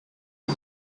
you